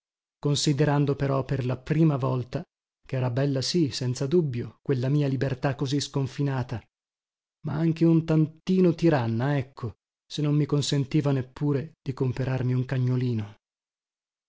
considerando però per la prima volta che era bella sì senza dubbio quella mia libertà così sconfinata ma anche un tantino tiranna ecco se non mi consentiva neppure di comperarmi un cagnolino